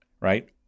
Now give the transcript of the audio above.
right